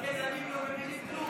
אז הכלכלנים לא מבינים כלום.